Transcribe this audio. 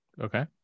Okay